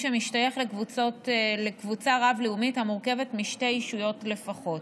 שמשתייך לקבוצה רב-לאומית המורכבת משתי ישויות לפחות,